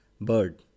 bird